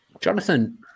Jonathan